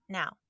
now